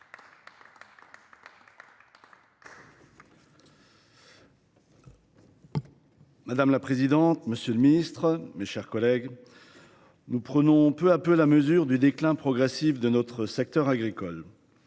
Madame la présidente, monsieur le ministre, mes chers collègues, nous prenons peu à peu la mesure du déclin progressif de notre secteur agricole.